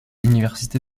université